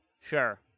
Sure